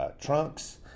trunks